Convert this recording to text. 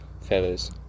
feathers